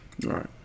Right